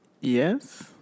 Yes